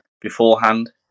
beforehand